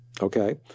okay